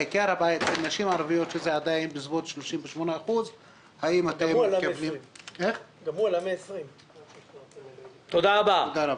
בעיקר הבעיה אצל נשים ערביות שזה עדיין בסביבות 38%. תודה רבה.